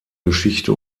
geschichte